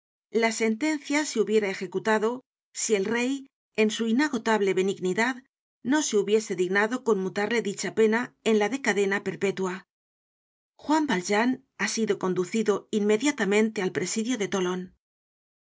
la sentencia se hubiera ejecutado si el rey en su inagotable benignidad no se hubiese dignado con mutarle dicha pena en la de cadena perpétua juan valjean ha sido con ducido inmediatamente al presidio de tolon